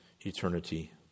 eternity